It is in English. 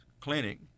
clinic